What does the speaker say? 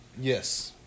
Yes